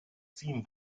ziehen